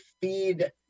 feed